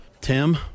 Tim